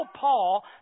paul